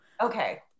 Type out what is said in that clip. okay